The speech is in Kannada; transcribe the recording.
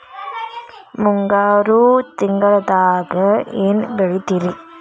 ಮುಂಗಾರು ತಿಂಗಳದಾಗ ಏನ್ ಬೆಳಿತಿರಿ?